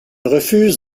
refuse